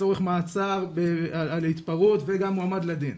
צורך מעצר על התפרעות וגם מועמד לדין.